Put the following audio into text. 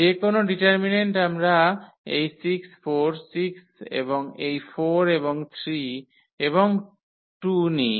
যে কোনও ডিটারমিন্যান্ট আমরা এই 6 4 6 এবং এই 4 এবং 3 এবং 2 নিই